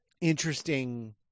interesting –